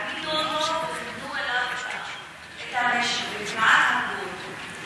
העמידו אותו וכיוונו אליו את הנשק וכמעט הרגו אותו.